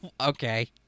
Okay